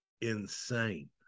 insane